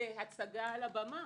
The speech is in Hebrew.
בהצגה על הבמה.